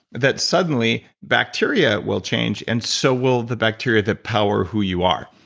that suddenly bacteria will change and so will the bacteria that power who you are.